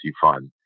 fund